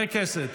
לא צריך.